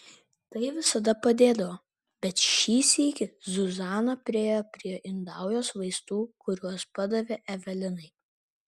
tai visada padėdavo bet šį sykį zuzana priėjo prie indaujos vaistų kuriuos padavė evelinai